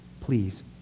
Please